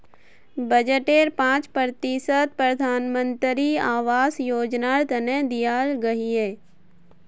बजटेर पांच प्रतिशत प्रधानमंत्री आवास योजनार तने दियाल गहिये